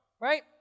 right